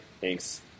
Thanks